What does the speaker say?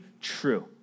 true